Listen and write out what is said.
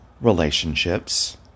relationships